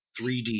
3D